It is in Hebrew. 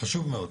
חשוב מאוד,